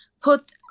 put